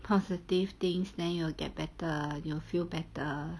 positive things then you will get better you will feel better